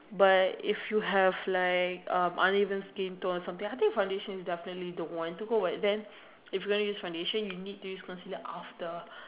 but if you have like um uneven skin tone or something I think foundation is definitely the one to go and if you are going to use foundation you will need to use concealer after